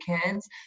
Kids